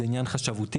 זה עניין חשבותי,